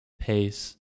pace